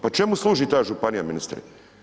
Pa Čemu služi ta županija ministre?